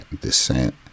descent